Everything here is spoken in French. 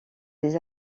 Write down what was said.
des